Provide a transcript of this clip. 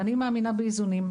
ואני מאמינה באיזונים.